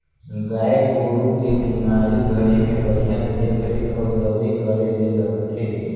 गाय गोरु के बेमारी घरी में बड़िहा देख रेख अउ दवई करे ले लगथे